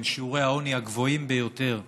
עם שיעורי העוני הגבוהים ביותר במערב,